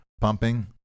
pumping